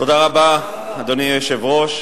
אדוני היושב-ראש,